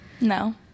No